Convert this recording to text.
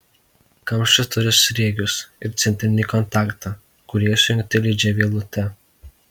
kamštis turi sriegius ir centrinį kontaktą kurie sujungti lydžia vielute